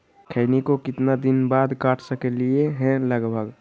खैनी को कितना दिन बाद काट सकलिये है लगभग?